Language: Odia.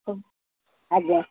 ହଁ ଆଜ୍ଞା